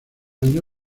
año